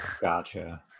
Gotcha